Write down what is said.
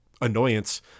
annoyance